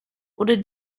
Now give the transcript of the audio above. oder